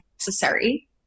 necessary